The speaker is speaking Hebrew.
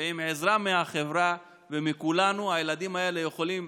ועם עזרה מהחברה ומכולנו הילדים האלה יכולים